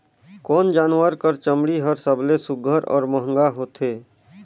कोन जानवर कर चमड़ी हर सबले सुघ्घर और महंगा होथे?